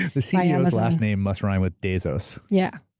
the ceo's last name must rhyme with dezos. yeah.